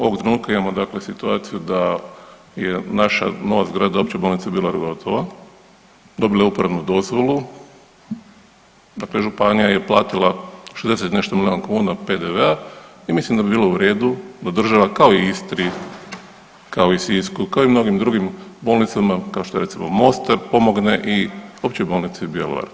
Ovog trenutka imamo dakle situaciju da je naša nova zgrada Opće bolnice u Bjelovaru gotova, dobila je uporabnu dozvolu, dakle županija je platila 60 i nešto milijuna kuna PDV-a i mislim da bi bilo u redu da država kao i u Istri, kao i u Sisku, kao i u mnogim drugim bolnicama, kao što je recimo Mostar pomogne i Općoj bolnici u Bjelovaru.